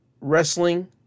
wrestling